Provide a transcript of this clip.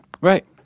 Right